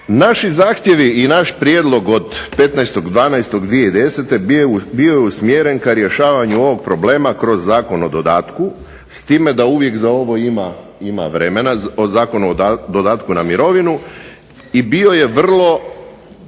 Naši zahtjevi i naš prijedlog od 15.12.2010. bio je usmjeren ka rješavanju ovog problema kroz Zakon o dodatku, s time da uvijek za ovo ima vremena, o Zakonu o dodatku na mirovinu, i bio je vrlo